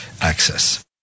access